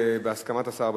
בהסכמת השר,